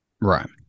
right